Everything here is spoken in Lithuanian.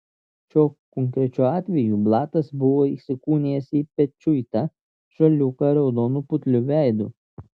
šiuo konkrečiu atveju blatas buvo įsikūnijęs į pečiuitą žaliūką raudonu putliu veidu